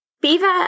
Beaver